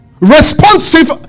responsive